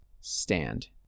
Stand